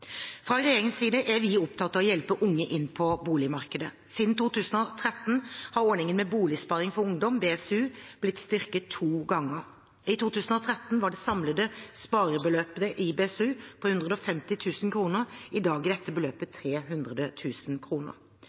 Fra regjeringens side er vi opptatt av å hjelpe unge inn på boligmarkedet. Siden 2013 har ordningen med boligsparing for ungdom, BSU, blitt styrket to ganger. I 2013 var det samlede sparebeløpet i BSU på 150 000 kr, i dag er dette beløpet